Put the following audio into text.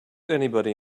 anybody